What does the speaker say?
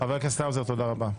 חבר הכנסת האוזר, תודה רבה.